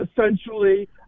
essentially